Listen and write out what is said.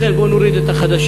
לכן בוא ונוריד את החדשים.